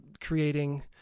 creating